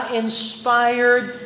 inspired